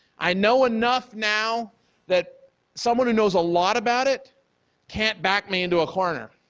i know enough now that someone who knows a lot about it can't back me into a corner.